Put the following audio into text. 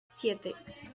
siete